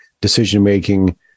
decision-making